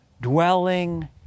dwelling